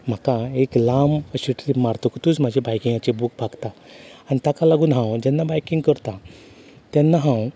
म्हाका एक लांब अशी ट्रीप मारतकूच म्हजी बायकिंगांची भूक भागता आनी ताका लागून हांव जेन्ना बायकींग करतां तेन्ना हांव